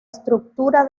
estructura